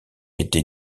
été